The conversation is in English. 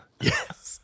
Yes